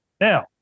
Now